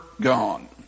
gone